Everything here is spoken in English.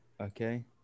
Okay